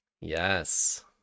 Yes